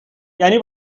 یعنی